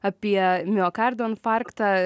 apie miokardo infarktą